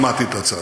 שמעתי את הצעתך.